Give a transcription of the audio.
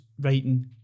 writing